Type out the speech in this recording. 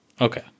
Okay